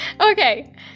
Okay